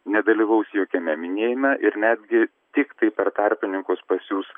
nedalyvaus jokiame minėjime ir netgi tiktai per tarpininkus pasiųs